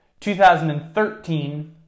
2013